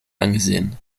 angesehen